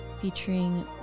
featuring